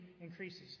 increases